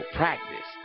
practice